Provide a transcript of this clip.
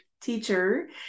teacher